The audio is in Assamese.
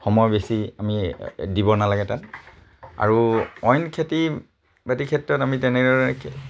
সময় বেছি আমি দিব নালাগে তাত আৰু অইন খেতি বাতিৰ ক্ষেত্ৰত আমি তেনেদৰে